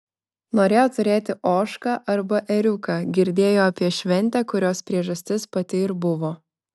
norėjo turėti ožką arba ėriuką girdėjo apie šventę kurios priežastis pati ir buvo